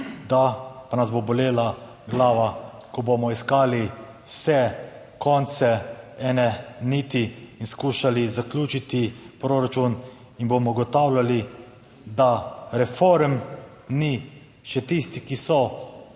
da pa nas bo bolela glava, ko bomo iskali vse konce ene niti in skušali zaključiti proračun in bomo ugotavljali, da reform ni. Še tisti, ki so